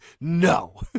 no